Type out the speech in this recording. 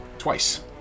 Twice